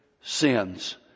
sins